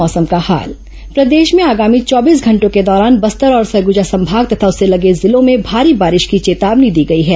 मौसम प्रदेश में आगामी चौबीस घंटों के दौरान बस्तर और सरग्जा संभाग तथा उससे लगे जिलों में भारी बारिश की चेतावनी दी गई है